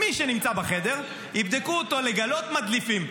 מי שנמצא בחדר, יבדקו אותו כדי לגלות מדליפים.